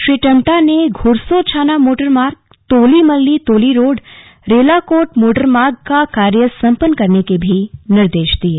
श्री टम्टा ने घ्रसों छाना मोटर मार्ग Toli Malli Toli road Relakot motor मार्ग का कार्य संपन्न करने के निर्देश भी दिये